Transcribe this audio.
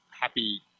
happy